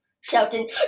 shouting